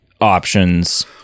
options